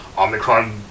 Omicron